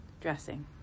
Dressing